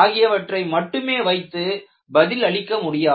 ஆகியவற்றை மட்டுமே வைத்து பதிலளிக்க முடியாது